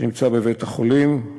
שנמצא בבית-החולים,